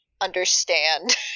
understand